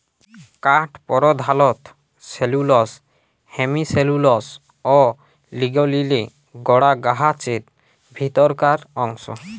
কাঠ পরধালত cellulose, hemicellulose অ লিগলিলে গড়া গাহাচের ভিতরকার অংশ